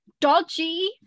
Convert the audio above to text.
dodgy